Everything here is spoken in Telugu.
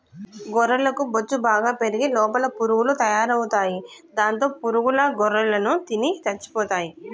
గొర్రెలకు బొచ్చు బాగా పెరిగి లోపల పురుగులు తయారవుతాయి దాంతో పురుగుల గొర్రెలను తిని చచ్చిపోతాయి